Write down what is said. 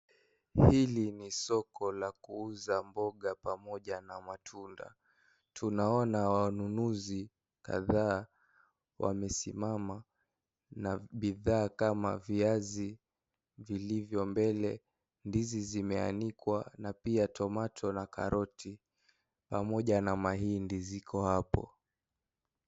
Hili ni soko la kuuza mboga pamoja na matunda. Tunaona wanunuzi kadhaa wamesimama na bidhaa kama viazi vilivyo mbele , ndizi zimeanikwa na pia tomato na karoti pamoja na mahindi ziko hapo.